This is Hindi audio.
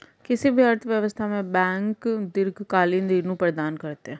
किसी भी अर्थव्यवस्था में बैंक दीर्घकालिक ऋण प्रदान करते हैं